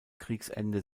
kriegsende